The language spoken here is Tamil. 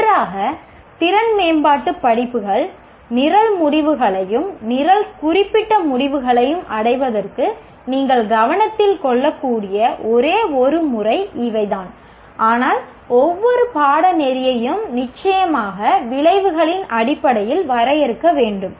ஒன்றாக திறன் மேம்பாட்டு படிப்புகள் நிரல் முடிவுகளையும் நிரல் குறிப்பிட்ட முடிவுகளையும் அடைவதற்கு நீங்கள் கவனத்தில் கொள்ளக்கூடிய ஒரே ஒரு முறை இவைதான் ஆனால் ஒவ்வொரு பாடநெறியையும் நிச்சயமாக விளைவுகளின் அடிப்படையில் வரையறுக்க வேண்டும்